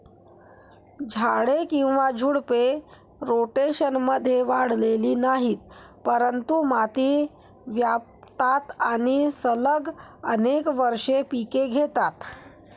झाडे किंवा झुडपे, रोटेशनमध्ये वाढलेली नाहीत, परंतु माती व्यापतात आणि सलग अनेक वर्षे पिके घेतात